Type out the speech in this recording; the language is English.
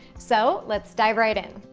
so, let's dive right in.